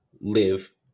live